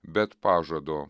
bet pažado